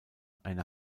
eine